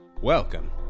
welcome